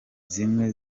zimwe